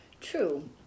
True